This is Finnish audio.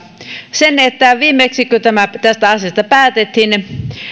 se että viimeksi kun tästä asiasta päätettiin